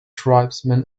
tribesmen